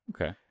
okay